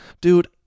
dude